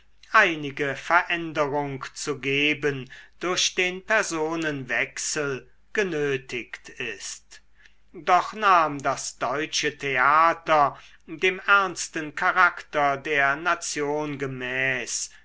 einige veränderung zu geben durch den personenwechsel genötigt ist doch nahm das deutsche theater dem ernsten charakter der nation gemäß